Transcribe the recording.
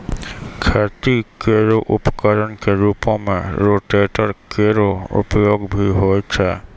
खेती केरो उपकरण क रूपों में रोटेटर केरो उपयोग भी होय छै